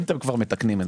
אם אתם כבר מתקנים את זה.